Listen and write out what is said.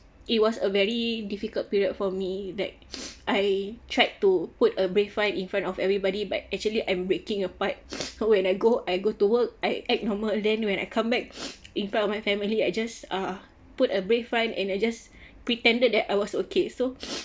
it was a very difficult period for me that I tried to put a brave front in front of everybody but actually I'm breaking apart when I go I go to work I act normal then when I come back in front of my family I just uh put a brave front and I just pretended that I was okay so